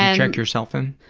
yeah check yourself in?